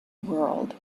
world